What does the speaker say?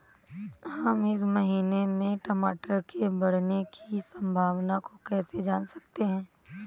हम इस महीने में टमाटर के बढ़ने की संभावना को कैसे जान सकते हैं?